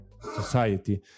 society